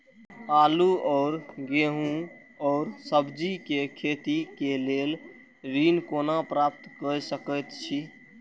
आलू और गेहूं और सब्जी के खेती के लेल ऋण कोना प्राप्त कय सकेत छी?